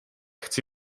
chci